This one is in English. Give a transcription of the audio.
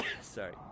sorry